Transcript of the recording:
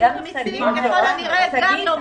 רשות המיסים ככל הנראה גם לא מתנגדת.